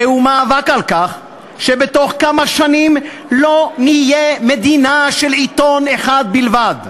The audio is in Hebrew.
זהו מאבק על כך שבתוך כמה שנים לא נהיה מדינה של עיתון אחד בלבד,